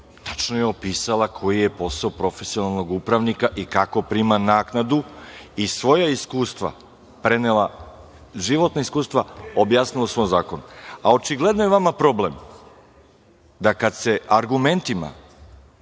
tačno je opisala koji je posao profesionalnog upravnika i kako prima naknadu i svoja životna iskustva objasnila u svom zakonu. Očigledno je vama problem da kada se argumentima